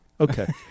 okay